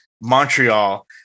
montreal